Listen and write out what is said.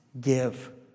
give